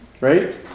Right